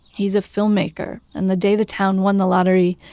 he's a filmmaker and the day the town won the lottery,